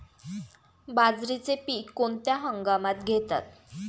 बाजरीचे पीक कोणत्या हंगामात घेतात?